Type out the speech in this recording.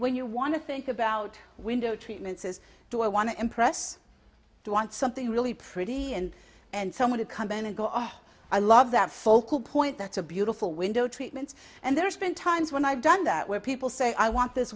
when you want to think about window treatments is do i want to impress to want something really pretty and and someone to come in and go ah i love that focal point that's a beautiful window treatments and there's been times when i've done that where people say i want this